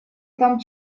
там